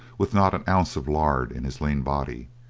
with not an ounce of lard in his lean body.